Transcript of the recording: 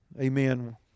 amen